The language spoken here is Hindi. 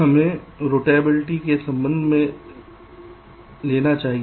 हमें रौटाबिलिटी के संबंध में लेना चाहिए